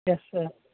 yes sir